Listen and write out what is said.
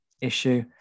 issue